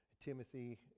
Timothy